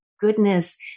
goodness